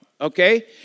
Okay